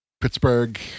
Pittsburgh